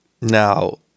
Now